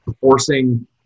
forcing